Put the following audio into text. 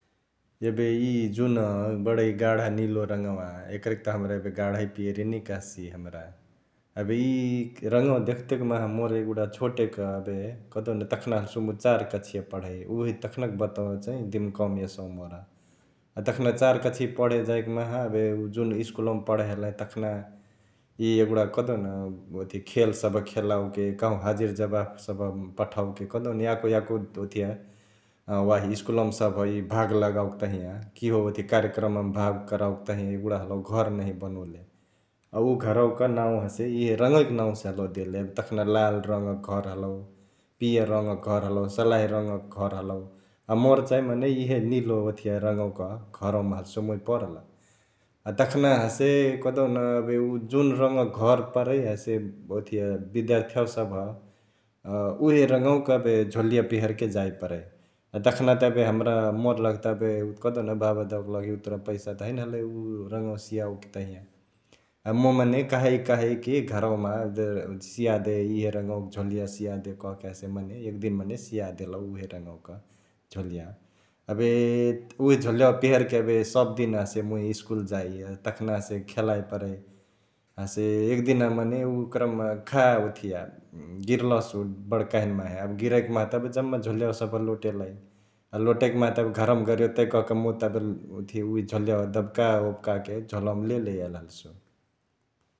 एबे इ जुन बडै गाढा निलो रङ्गवा एकरके त हमरा एबे गाढा पियरे नै कहसी हमरा । एबे इ रङ्गवा देखतेक माहा मोर एगुडा छोटेक एबे कहदेउन तखना हल्सु मुइ चार कक्ष्या पढै उहे तखनक बतवा चैं दिमकावा एसौ मोर्, तखना चार कक्ष्या पढे जैक माहा एबे उ जुन स्कुलवा पढै हलही तखना इ यगुडा कहदेउन ओथिया खेल सभ खेलाओके, कहवा हजिरजबफसभमा पठाओके कहदेउन याको याको ओथिया वाही स्कुलवा सभ इ भाग लगाओके तहिया किहो ओथिया कार्यक्रममा भाग करओके तहिया एगुडा हलउ घर नहिया बनोले । अ उ घरवक नांउ हसे इहे रङ्गवा नाउसे हलौ देले, तखना लाल रङ्गक घर हलौ, पियर रङ्गक घर हलौ, सलाही रङ्गक घर हालौ अ मोर चैं मने इहे निलो ओथिया रङ्गवा क घरमा हल्सु परल । अ तखना हसे कहदेउन एबे उ जुन रङ्गवा क घर परै हसे ओथिया बिद्यार्थिवा सभ अ उहे रङ्गवा क एबे झोलियावा पेहरके जाइ परै । अ तखना त एबे हमरा मोर लघी त एबे कहदेउन बाबा दाओ लघी त उतुरा पैसा हैने हलई उ रङ्गवा सेआओके तहिंया, अ मुइ मने कहैक कहैकी घरवामा एबे सियाइ दे इहे रङ्गवा क झोलिया सियादे कहके हसे मने एक दिन मने सियादेलउ उहे रङ्गवाक झोलिया । एबे उहे झोलियावा पेहेरके एबे सबदिन हसे मुइ स्कूल जाइ तखना हसे खेलय परै हसे एक दिन मने ओकरमा खा ओथिया गिरलसु बड्काहिन माहे एबे गेरैक माहा एबे जम्मा झोलियावा सभ लोटेलई अ लोटाइक माहा त एबे घरवा गरेओतै कहके मुइ त एबे ओथिया गिरलसु बड्काहिन माहे एबे गेरैक ओथिया उ झोलियावा दब्काओबकाके झोलवा मा लेले याइली हल्सु ।